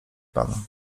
pan